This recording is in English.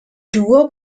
duo